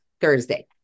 Thursday